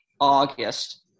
August